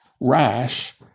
rash